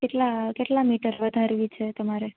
કેટલા મીટર વધારવી છે તમારે